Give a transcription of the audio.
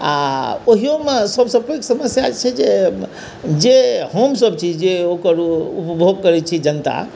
आ ओहिओमे सभसँ पैघ समस्या छै जे हमसभ छी जे ओकर ओ उपभोग करैत छी जनता